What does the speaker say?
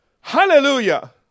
Hallelujah